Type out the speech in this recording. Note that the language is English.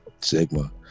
sigma